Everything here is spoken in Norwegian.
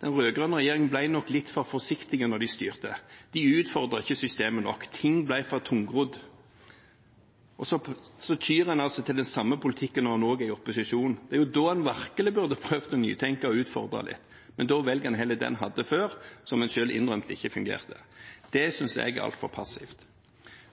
den rød-grønne regjeringen nok ble litt for forsiktig da de styrte, de utfordret ikke systemet nok, ting ble for tungrodd. Så tyr en altså til den samme politikken når en nå er i opposisjon. Det er jo nå en virkelig burde prøvd å nytenke og utfordre litt, men en velger heller det en hadde før, som en har innrømt at ikke fungerte. Det synes jeg er altfor passivt.